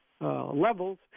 Levels